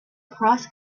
cross